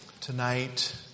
tonight